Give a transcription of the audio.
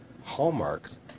hallmarks